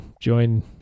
join